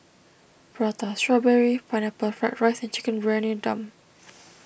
Prata Strawberry Pineapple Fried Rice and Chicken Briyani Dum